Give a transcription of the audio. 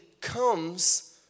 comes